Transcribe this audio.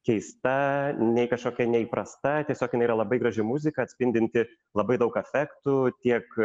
keista nei kažkokia neįprasta tiesiog jinai yra labai graži muzika atspindinti labai daug efektų tiek